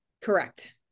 Correct